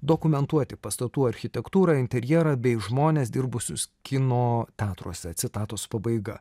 dokumentuoti pastatų architektūrą interjerą bei žmones dirbusius kino teatruose citatos pabaiga